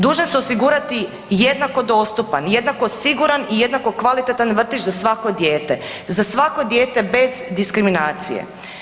Dužne su osigurati i jednako dostupan i jednako siguran i jednako kvalitetan vrtić za svako dijete, za svako dijete bez diskriminacije.